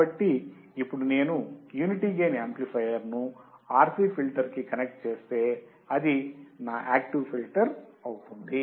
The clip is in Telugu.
కాబట్టి ఇప్పుడు నేను యూనిటీ గెయిన్ యాంప్లిఫయర్ ను RC ఫిల్టర్ కనెక్ట్ చేస్తే అది నా యాక్టివ్ ఫిల్టర్ అవుతుంది